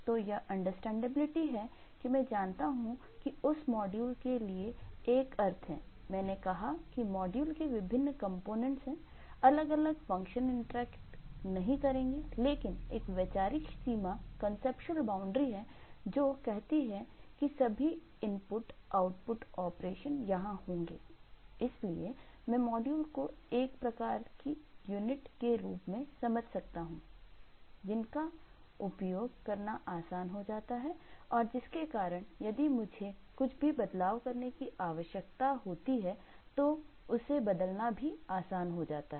तो यह अंडरस्टैंडेबिलिटी के रूप में समझ सकता हूं जिसका उपयोग करना आसान हो जाता है और जिसके कारण यदि मुझे कुछ बदलाव करने की आवश्यकता होती है इसे बदलना भी आसान होता है